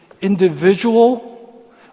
individual